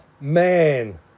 man